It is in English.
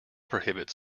prohibits